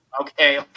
Okay